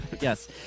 Yes